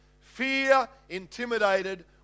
fear-intimidated